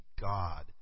God